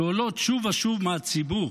שעולות שוב ושוב מהציבור: